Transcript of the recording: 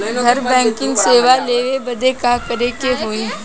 घर बैकिंग सेवा लेवे बदे का करे के होई?